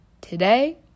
today